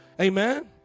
Amen